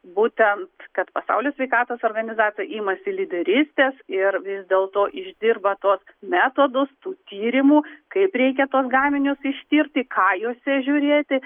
būtent kad pasaulio sveikatos organizacija imasi lyderystės ir vis dėl to išdirba tuos metodus tų tyrimų kaip reikia tuos gaminius išskirti ką juose žiūrėti